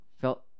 felt